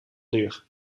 duur